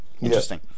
interesting